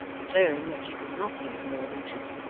declaring that she could not eat more than two,